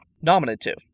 Nominative